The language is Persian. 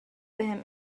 بهم